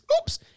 oops